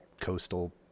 coastal